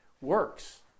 works